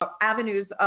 avenues